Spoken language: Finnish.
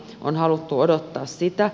on haluttu odottaa sitä